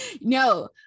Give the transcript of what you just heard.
no